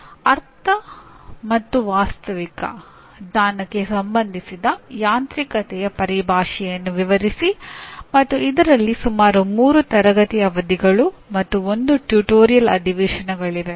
ಅರ್ಥ ಮತ್ತು ವಾಸ್ತವಿಕ ಜ್ಞಾನಕ್ಕೆ ಸಂಬಂಧಿಸಿದ ಯಾಂತ್ರಿಕತೆಯ ಪರಿಭಾಷೆಯನ್ನು ವಿವರಿಸಿ ಮತ್ತು ಇದರಲ್ಲಿ ಸುಮಾರು 3 ತರಗತಿ ಅವಧಿಗಳು ಮತ್ತು 1 ಟ್ಯುಟೋರಿಯಲ್ ಅಧಿವೇಶನಗಳಿವೆ